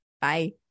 Bye